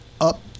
up